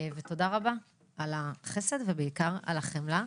תודה רבה על החסד ובעיקר על החמלה.